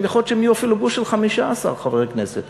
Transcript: יכול להיות שהן יהיו אפילו גוש של 15 חברי כנסת.